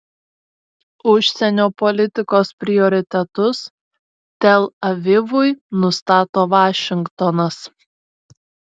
užsienio politikos prioritetus tel avivui nustato vašingtonas